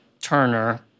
Turner